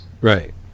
Right